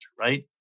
right